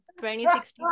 2016